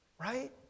right